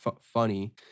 funny